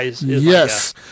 Yes